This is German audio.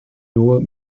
nur